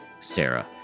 Sarah